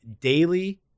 daily